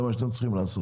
זה מה שאתם צריכים לעשות.